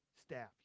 staff